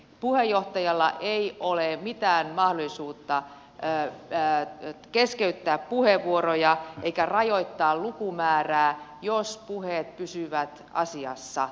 puheenjohtajalla ei ole mitään mahdollisuutta keskeyttää puheenvuoroja eikä rajoittaa lukumäärää jos puheet pysyvät asiassa